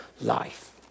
life